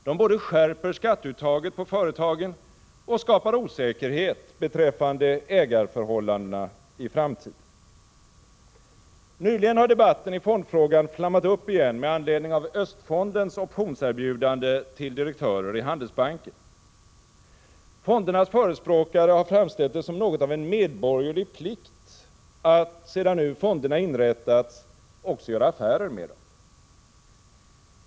De både skärper skatteuttaget på företagen och skapar osäkerhet beträffande ägarförhållandena i framtiden. Nyligen har debatten i fondfrågan flammat upp igen med anledning av Östfondens optionserbjudande till direktörer i Handelsbanken. Fondernas förespråkare har framställt det som något av en medborgerlig plikt att sedan nu fonderna inrättats också göra affärer med dem.